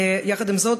יחד עם זאת,